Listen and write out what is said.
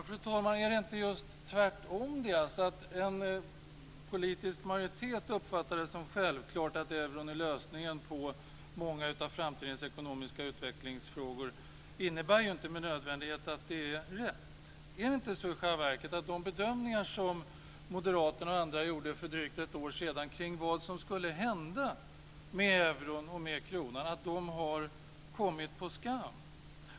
Fru talman! Är det inte just tvärtom? Att en politisk majoritet uppfattar det som självklart att euron är lösningen på många av framtidens ekonomiska utvecklingsfrågor innebär ju inte med nödvändighet att det är riktigt. Är det inte i själva verket så att de bedömningar som Moderaterna och andra gjorde för drygt ett år sedan omkring vad som skulle hända med euron och kronan har kommit på skam?